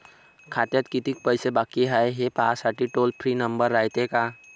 खात्यात कितीक पैसे बाकी हाय, हे पाहासाठी टोल फ्री नंबर रायते का?